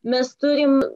mes turim